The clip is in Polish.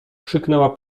krzyknęła